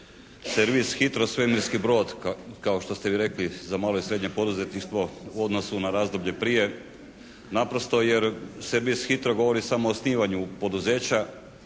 servis HITRO svemirski brod kako ste vi rekli za malo i srednje poduzetništvo u odnosu na razdoblje prije. Naprosto jer servis HITRO govorio samo o osnivanju poduzeća,